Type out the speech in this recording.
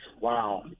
wow